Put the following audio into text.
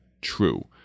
true